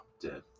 dead